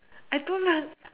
I don't un~